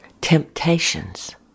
temptations